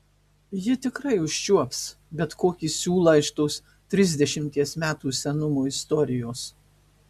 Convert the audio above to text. ji tikrai užčiuops bet kokį siūlą iš tos trisdešimties metų senumo istorijos